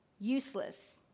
useless